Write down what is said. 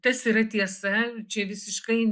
tas yra tiesa čia visiškai